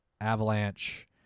Avalanche